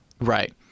Right